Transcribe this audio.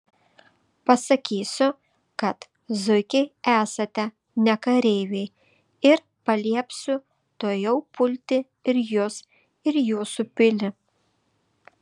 pasakysiu kad zuikiai esate ne kareiviai ir paliepsiu tuojau pulti ir jus ir jūsų pilį